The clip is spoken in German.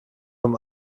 vom